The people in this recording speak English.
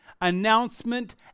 announcement